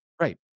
Right